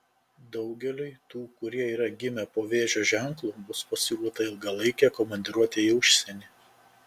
daugeliui tų kurie yra gimę po vėžio ženklu bus pasiūlyta ilgalaikė komandiruotė į užsienį